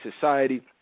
society